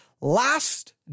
last